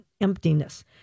emptiness